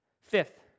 Fifth